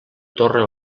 torre